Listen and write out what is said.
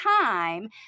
time